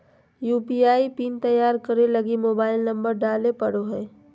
UPI PIN तैयार करे लगी मोबाइल नंबर डाले पड़ो हय